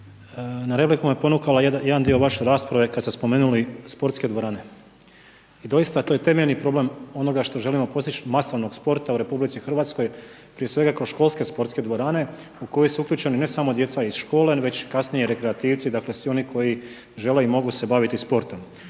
na repliku me ponukao jedan dio vaše rasprave kada ste spomenuli sportske dvorane. I doista to je temeljni problem onoga što želimo postići masovnog sporta u RH prije svega kroz sportske školske dvorane u koju su uključeni ne samo djeca iz škole već i kasnije rekreativci, dakle svi oni koji žele i mogu se baviti sportom.